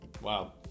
Wow